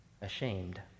ashamed